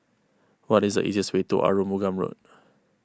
what is the easiest way to Arumugam Road